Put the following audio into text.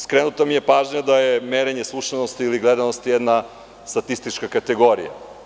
Skrenuta mi je pažnja da merenje slušanosti ili gledanosti jeste jedna statistička kategorija.